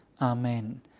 Amen